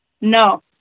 No